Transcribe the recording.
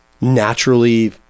naturally